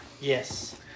Yes